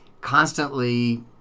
constantly